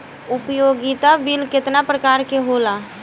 उपयोगिता बिल केतना प्रकार के होला?